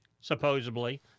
supposedly